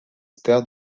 stars